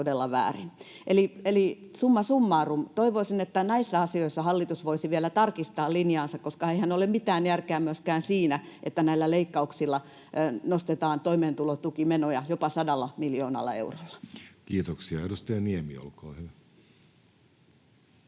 Summa summarum: toivoisin, että näissä asioissa hallitus voisi vielä tarkistaa linjaansa, koska eihän ole mitään järkeä myöskään siinä, että näillä leikkauksilla nostetaan toimeentulotukimenoja jopa 100 miljoonalla eurolla. Kiitoksia. — Edustaja Niemi, olkaa hyvä.